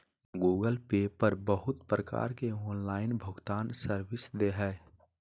Google pay पर बहुत प्रकार के ऑनलाइन भुगतान सर्विस दे हय